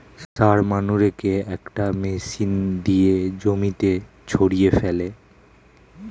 সার মানুরেকে একটা মেশিন দিয়ে জমিতে ছড়িয়ে ফেলে